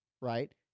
right